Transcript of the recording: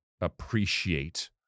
appreciate